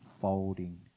folding